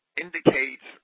indicates